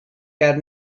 ger